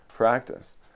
Practice